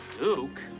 Duke